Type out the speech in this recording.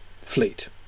fleet